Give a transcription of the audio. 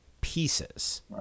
pieces